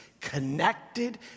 connected